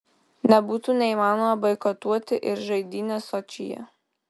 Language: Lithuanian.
nebūtų neįmanoma boikotuoti ir žaidynes sočyje